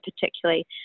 particularly